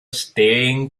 staring